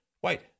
white